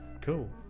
Cool